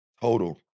total